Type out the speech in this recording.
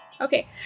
Okay